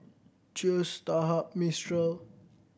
Cheers Starhub Mistral